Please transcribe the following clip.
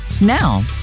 Now